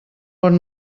bon